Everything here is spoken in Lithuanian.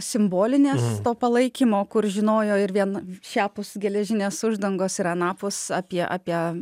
simbolinės palaikymo kur žinojo ir vien šiapus geležinės uždangos ir anapus apie apie